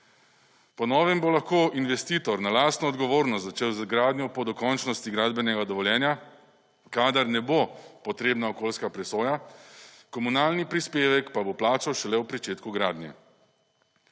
Po novem bo lahko investitor na lastno odgovornost za čas gradnje po dokončnosti gradbenega dovoljenja kadar nebo potrebna okolijska presoja komunalni prispevek pa bo plačal šele v pričetku gradnje.